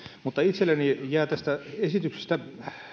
mutta itselleni jää tästä esityksestä